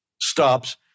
stops